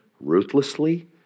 Ruthlessly